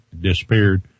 disappeared